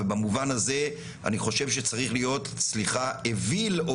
ובמובן הזה אני חושב שצריך להיות אוויל או